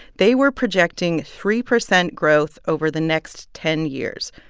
they were projecting three percent growth over the next ten years,